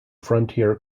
frontier